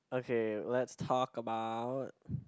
okay let's talk about